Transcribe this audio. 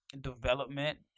development